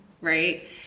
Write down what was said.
right